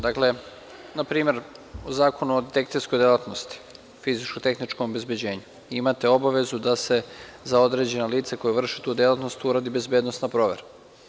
Dakle, na primer, u Zakonu o detektivskoj delatnosti, fizičko-tehničkom obezbeđenju, imate obavezu da se za određeno lice koje vrši tu delatnost uradi bezbednosna provera.